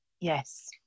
Yes